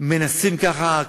מנסים ככה,